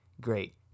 Great